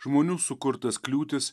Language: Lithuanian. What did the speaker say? žmonių sukurtas kliūtis